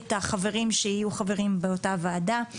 ואת החברים שיהיו חברים באותה ועדה.